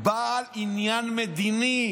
בעל עניין מדיני,